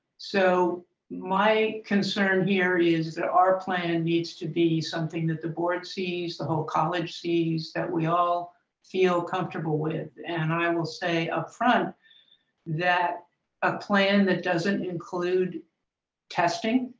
so my concern here is that our plan needs to be something that the board sees, the whole college sees, that we all feel comfortable with, and i will say up front that a plan that doesn't include testing,